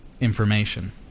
information